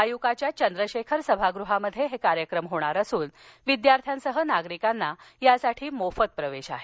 आयुकाच्या चंद्रशेखर सभागृहात हे कार्यक्रम होणार असून विद्यार्थ्यांसह नागरिकांना यासाठी मोफत प्रवेश आहे